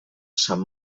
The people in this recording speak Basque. san